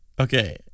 Okay